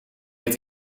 dit